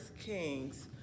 Kings